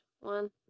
one